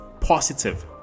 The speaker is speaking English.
positive